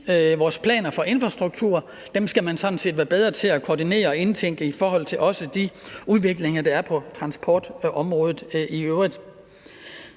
Vores planer for infrastruktur skal vi sådan set blive bedre til at koordinere og indtænke i forhold til den udvikling, der sker på transportområdet i øvrigt.